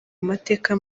amateka